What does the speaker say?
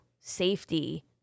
safety